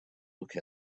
look